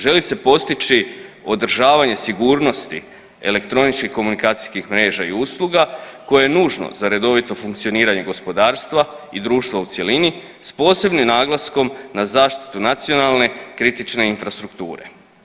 Želi se postići održavanje sigurnosti elektroničkih komunikacijskih mreža i usluga koje nužno za redovito funkcioniranje gospodarstva i društva u cjelini s posebnim naglaskom na zaštitu nacionalne kritične infrastrukture.